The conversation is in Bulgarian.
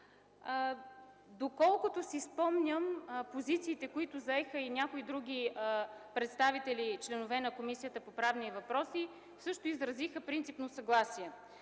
Доколкото си спомням позициите, които заеха някои други представители, членове на Комисията по правни въпроси – също изразиха принципно съгласие.